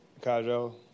Kajo